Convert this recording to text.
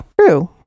True